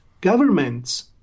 governments